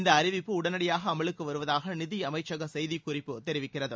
இந்த அறிவிப்பு உடனடியாக அமலுக்கு வருவதாக நிதியமைச்சக செய்திக்குறிப்பு தெரிவிக்கிறது